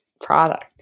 product